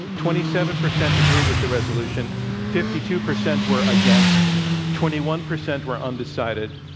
twenty seven percent agreed with the resolution fifty two percent were against twenty one percent were undecided.